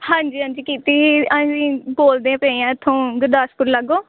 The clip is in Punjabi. ਹਾਂਜੀ ਹਾਂਜੀ ਕੀਤੀ ਸੀ ਅਸੀਂ ਬੋਲਦੇ ਪਏ ਹਾਂ ਇੱਥੋਂ ਗੁਰਦਾਸਪੁਰ ਲਾਗੋਂ